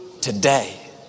today